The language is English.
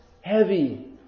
heavy